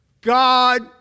God